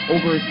Over